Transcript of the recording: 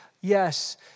Yes